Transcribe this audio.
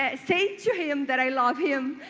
ah say to him that i love him.